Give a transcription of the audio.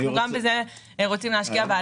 גם בזה אנחנו רוצים להשקיע.